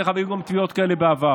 דרך אגב, גם היו תביעות כאלה בעבר.